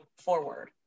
forward